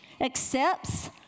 accepts